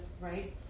right